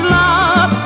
love